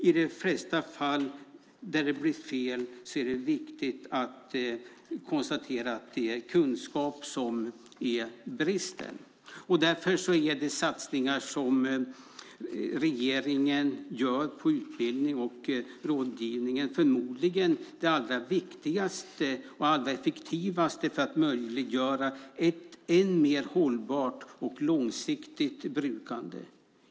I de flesta fall där det blir fel är det kunskap som brister. Därför är de satsningar som regeringen gör på utbildning och rådgivning förmodligen det allra viktigaste och effektivaste för att möjliggöra ett ännu mer hållbart och långsiktigt brukande.